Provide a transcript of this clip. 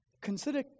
Consider